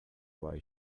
why